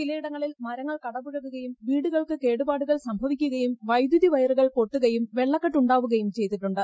ചിലയിടങ്ങളിൽ മരങ്ങൾ കടപുഴകുകയും വീടുകൾക്ക് കേടുപാടുകൾ സംഭവിക്കുകയും വൈദ്യുതി വയറുകൾ പൊട്ടുകയും വെള്ളക്കെട്ട് ഉണ്ടാവുകയും ചെയ്തിട്ടുണ്ട്